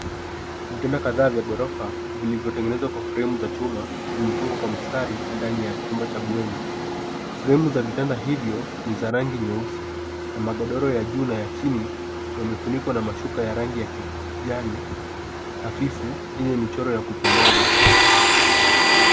Vitanda kadhaa vya ghorofa vilivyotengenezwa kwa fremu za chuma vimepangwa kwa mstari ndani ya chumba cha bweni. Fremu za vitanda hivyo ni za rangi nyeusi na magodoro ya juu na ya chini yamefunikwa na mashuka ya rangi ya kijani hafifu yenye michoro ya kupendeza.